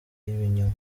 y’ibinyoma